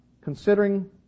Considering